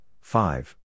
five